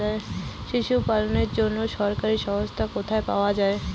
পশু পালনের জন্য সরকারি সহায়তা কোথায় পাওয়া যায়?